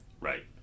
Right